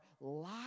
life